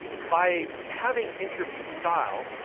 by having interview style,